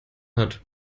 hat